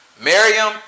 Miriam